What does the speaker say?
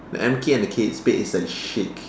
the M_K and the Kate Spade is like shake